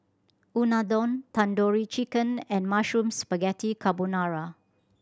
Unadon Tandoori Chicken and Mushroom Spaghetti Carbonara